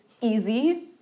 easy